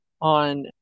on